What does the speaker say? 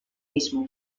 mismo